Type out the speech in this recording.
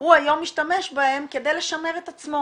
הוא היום משתמש בהם כדי לשמר את עצמו